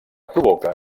provoca